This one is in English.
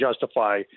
justify –